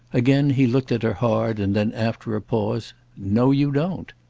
again he looked at her hard, and then after a pause no you don't!